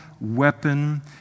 weapon